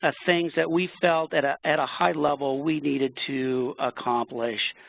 ah things that we felt at ah at a high level we needed to accomplish.